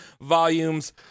volumes